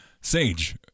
sage